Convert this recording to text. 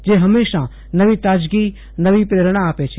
જે હંમેશા નવી તાજગી નવી પ્રેરણા લાવે છે